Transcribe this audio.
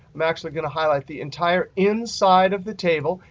i'm actually going to highlight the entire inside of the table.